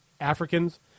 Africans